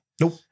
Nope